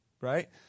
Right